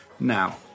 Now